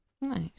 nice